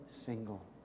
single